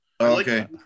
Okay